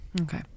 Okay